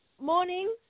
Morning